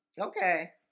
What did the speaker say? Okay